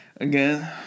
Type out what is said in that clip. again